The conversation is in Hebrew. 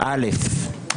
אל"ף,